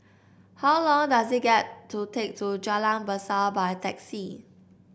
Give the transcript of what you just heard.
how long does it get to take to Jalan Berseh by taxi